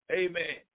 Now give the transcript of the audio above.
amen